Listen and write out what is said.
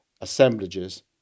assemblages